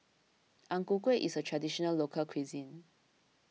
Ang Ku Kueh is a Traditional Local Cuisine